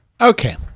Okay